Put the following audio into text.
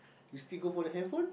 you still go for the handphone